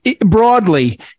broadly